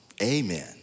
amen